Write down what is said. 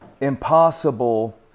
impossible